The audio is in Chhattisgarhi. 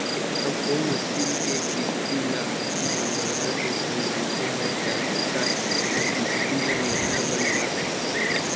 अब ओ मसीन के किस्ती ल आपसी समझौता के संग मनखे ह चाहे त ओखर किस्ती ल महिना बंधवा सकत हे